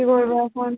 পুরোনো ফোন